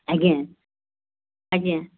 ଆଜ୍ଞା ଆଜ୍ଞା